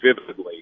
vividly